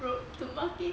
route to marketing